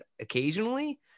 occasionally